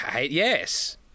Yes